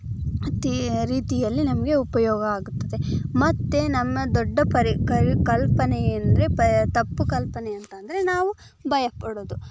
ಅತೀ ರೀತಿಯಲ್ಲಿ ನಮಗೆ ಉಪಯೋಗ ಆಗುತ್ತದೆ ಮತ್ತು ನಮ್ಮ ದೊಡ್ಡ ಪರಿ ಕಲ್ ಕಲ್ಪನೆ ಏನಂದರೆ ಪ ತಪ್ಪು ಕಲ್ಪನೆ ಅಂತಂದರೆ ನಾವು ಭಯಪಡೋದು